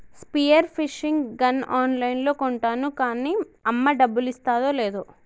spear fishing gun ఆన్ లైన్లో కొంటాను కాన్నీ అమ్మ డబ్బులిస్తాదో లేదో